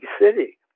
city